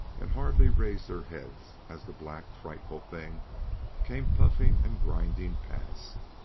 and hardly raised their heads as the black, frightful thing came puffing and grinding past.